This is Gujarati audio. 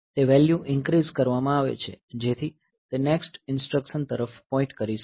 તે વેલ્યુ ઇન્ક્રીઝ કરવામાં આવે છે જેથી તે નેક્સ્ટ ઈન્સ્ટ્રકશન તરફ પોઈન્ટ કરી શકે